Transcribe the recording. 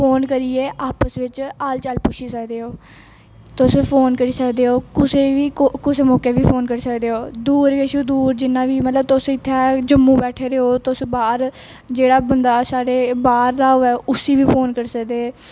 phone करियैै आपस बिच हाल चाल पुच्छी सकदे हो तुस फोन करी सकदे हो कुसे बी कुसै मौके बी फोन करी सकदे हो दूर कशा दूर जिन्ना बी मतलब तुस उत्थै जम्मू बेठे दे हो तुस बाहर जेहड़ा बंदा साढ़े बाहर दा होवे उसी बी फोन करी सकदे